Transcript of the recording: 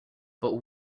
but